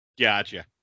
Gotcha